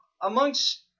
amongst